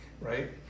right